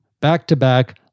back-to-back